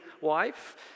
wife